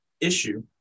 issue